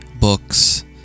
books